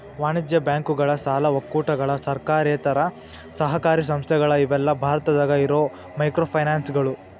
ವಾಣಿಜ್ಯ ಬ್ಯಾಂಕುಗಳ ಸಾಲ ಒಕ್ಕೂಟಗಳ ಸರ್ಕಾರೇತರ ಸಹಕಾರಿ ಸಂಸ್ಥೆಗಳ ಇವೆಲ್ಲಾ ಭಾರತದಾಗ ಇರೋ ಮೈಕ್ರೋಫೈನಾನ್ಸ್ಗಳು